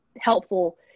helpful